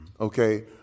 okay